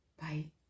bye